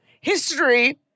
History